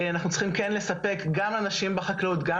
אנחנו צריכים כן לספק גם לאנשים בחקלאות וגם